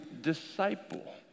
disciple